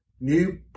new